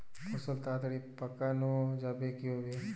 ফসল তাড়াতাড়ি পাকানো যাবে কিভাবে?